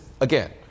again